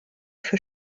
für